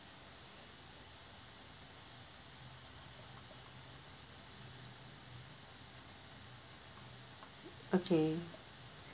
okay